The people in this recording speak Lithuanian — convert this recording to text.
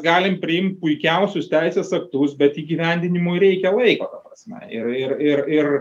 galim priimt puikiausius teisės aktus bet įgyvendinimui reikia laiko ta prasme ir ir ir ir